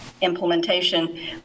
implementation